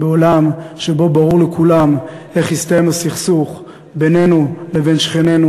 שבו ברור לכולם איך יסתיים הסכסוך בינינו לבין שכנינו.